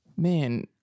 Man